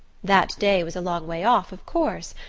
that day was a long way off, of course,